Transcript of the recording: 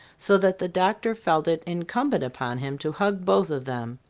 so that the doctor felt it incumbent upon him to hug both of them.